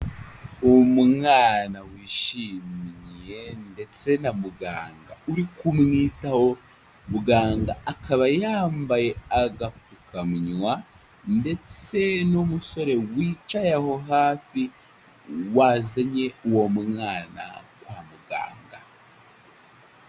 Umwana wishimiye ndetse na muganga uri kumwitaho, muganga akaba yambaye agapfukamunwa ndetse n'umusore wicaye aho hafi, wazanye uwo mwana kwa muganga.